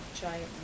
giant